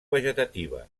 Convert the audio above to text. vegetativa